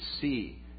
see